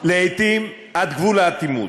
לעתים עד גבול האטימות,